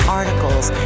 articles